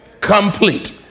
Complete